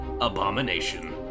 abomination